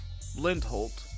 Lindholt